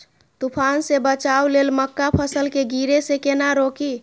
तुफान से बचाव लेल मक्का फसल के गिरे से केना रोकी?